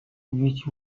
which